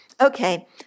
Okay